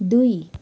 दुई